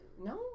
No